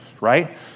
right